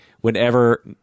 whenever